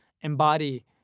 embody